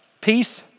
Peace